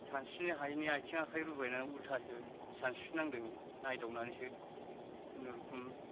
सानस्रिनो हायैनि आयथिं आखाइ रुबायनानै उल्थासो सानस्रिनांदों नायदावनानैसो खुनुरुखुम